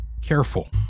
careful